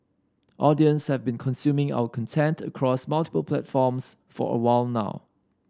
audience have been consuming our content across multiple platforms for a while now